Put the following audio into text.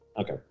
Okay